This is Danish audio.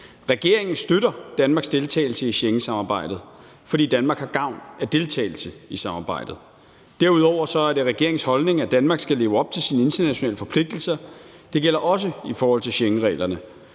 regeringen støtter Danmarks deltagelse i Schengensamarbejdet, fordi Danmark har gavn af deltagelse i samarbejdet. Derudover er det regeringens holdning, at Danmark skal leve op til sine internationale forpligtelser. Det gælder også i forhold til Schengenreglerne,